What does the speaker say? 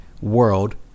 world